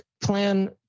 plan